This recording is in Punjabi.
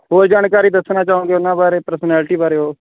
ਹੋਰ ਜਾਣਕਾਰੀ ਦੱਸਣਾ ਚਾਹੋਗੇ ਉਹਨਾਂ ਬਾਰੇ ਪਰਸਨੈਲਿਟੀ ਬਾਰੇ ਉਹ